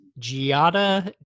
Giada